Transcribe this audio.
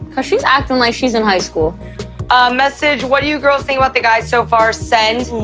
ah she's acting like she's in high school um message. what do you girls think about the guys so far? send